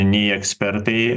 nei ekspertai